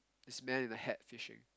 this man in a hat fishing